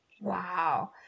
Wow